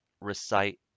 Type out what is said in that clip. recite